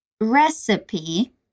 recipe